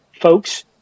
folks